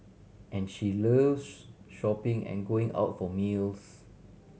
and she loves shopping and going out for meals